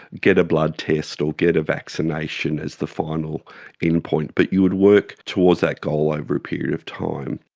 get a blood test or get a vaccination as the final endpoint, but you would work towards that goal over a period of time.